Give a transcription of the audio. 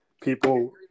people